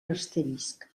asterisc